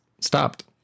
stopped